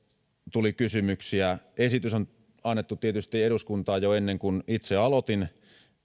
tuli kysymyksiä esitys on tietysti annettu eduskuntaan jo ennen kuin itse aloitin